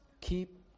keep